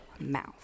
mouth